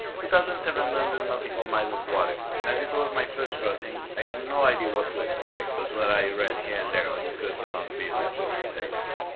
two thousand seven hundred nautical miles of water and as it was my first crossing i had no idea what to expect but what i read here and there or discussed around a beer with salty sailors